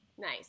Nice